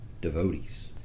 devotees